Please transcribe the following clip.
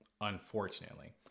unfortunately